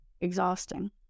exhausting